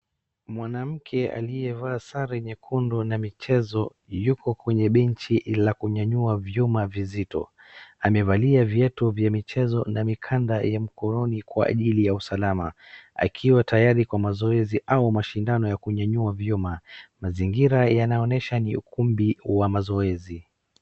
Mwanamke aliyevaa sare nyekundu na michezo yupo kwenye benchi la kunyanyua vyuma vizito. Amevalia viatu vya michezo na mikanda mikononi kwa ajili ya usalama . Akiwa tayari kwa mazoezi au mashindano ya kunyanyua vyuma. Mazingira yanaonyesha ni kumbi wa mazoezi.